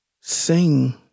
sing